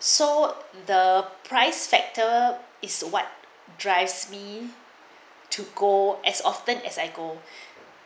so the price factor is what drives me to go as often as I go